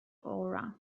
aura